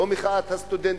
לא את מחאת הסטודנטים.